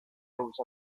usa